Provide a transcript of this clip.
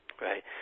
Right